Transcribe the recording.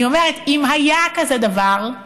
אני אומרת, אם היה כזה דבר,